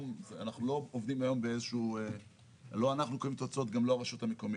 אנחנו לא עובדים לא אנחנו קובעים את ההוצאות וגם לא הרשות המקומית.